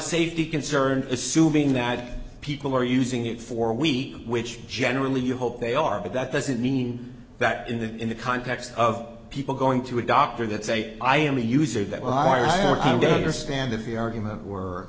a safety concern assuming that people are using it for a week which generally you hope they are but that doesn't mean that in the in the context of people going to a doctor that say i am a user that will argue that your stand of the argument